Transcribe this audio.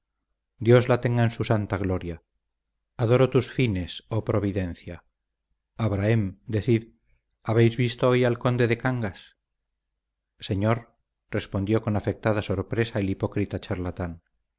dios la tenga en su santa gloria adoro tus fines oh providencia abrahem decid habéis visto hoy al conde de cangas señor respondió con afectada sorpresa el hipócrita charlatán